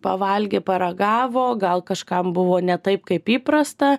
pavalgė paragavo gal kažkam buvo ne taip kaip įprasta